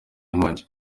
nkongi